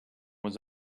was